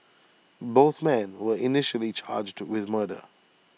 both men were initially charged with murder